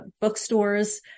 bookstores